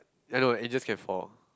ya lor it's just have four